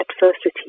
adversity